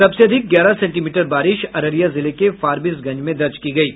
सबसे अधिक ग्यारह सेंटीमीटर बारिश अररिया जिले के फारबिसगंज में दर्ज की गयी है